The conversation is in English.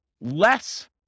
less